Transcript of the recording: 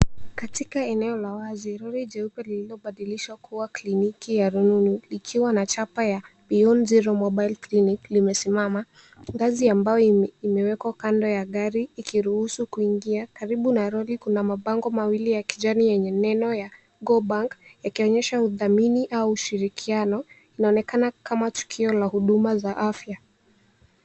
Katika eneo la wazi, lori jeupe lililobadilishwa kuwa kliniki ya rununu, likiwa na chapa ya beyond zero mobile clinic , limesimama. Ngazi ya mbao imewekwa kando ya gari ikiruhusu kuingia. Karibu na lori kuna mabango mawili ya kijani yenye neno ya go bank , yakionyesha udhamini, au ushirikiano inaonekana kama tukio la huduma za afya.